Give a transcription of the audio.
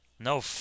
No